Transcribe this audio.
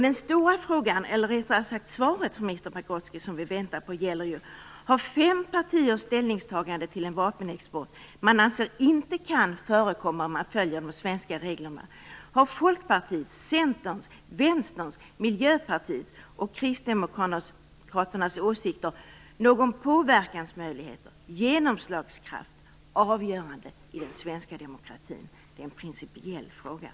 Det svar som vi väntar på från minister Pagrotsky gäller följande: Har fem partiers ställningstagande till en vapenexport som inte anses kunna förekomma om de svenska reglerna skall följas - har alltså Folkpartiets, Centerns, Vänsterns, Miljöpartiets och Kristdemokraternas åsikter - några påverkansmöjligheter och någon genomslagskraft som är avgörande i den svenska demokratin? Det är en principiell fråga.